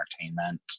entertainment